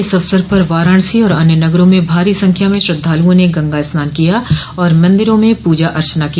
इस अवसर पर वाराणसी और अन्य नगरों में भारी संख्या में श्रद्धालुओं ने गंगा स्नान किया और मंदिरों में पूजा अर्चना की